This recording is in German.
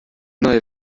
neue